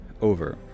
Over